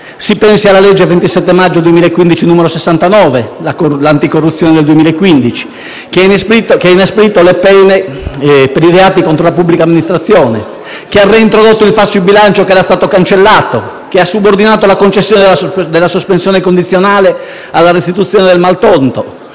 Si pensi alla legge n. 69 del 27 maggio 2015 - l'anticorruzione del 2015 - che ha inasprito le pene per i reati contro la pubblica amministrazione, ha reintrodotto il falso in bilancio che era stato cancellato, ha subordinato la concessione della sospensione condizionale alla restituzione del maltolto.